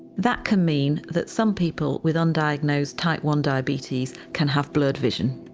that can mean that some people with undiagnosed type one diabetes can have blurred vision.